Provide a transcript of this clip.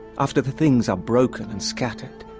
after the things are broken and scattered,